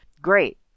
Great